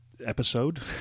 episode